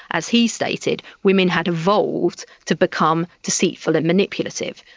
as he stated, women had evolved to become deceitful and manipulative.